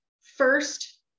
first